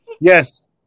Yes